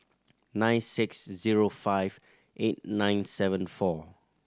nine six zero five eight nine seven four